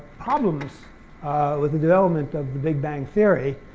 problems with the development of the big bang theory,